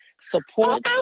support